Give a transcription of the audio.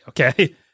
Okay